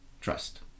trust